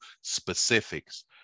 specifics